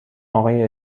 آقای